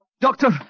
Doctor